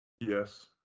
Yes